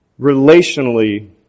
relationally